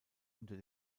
unter